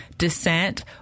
descent